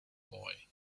boy